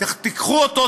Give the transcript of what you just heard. תיקחו אותו,